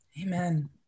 Amen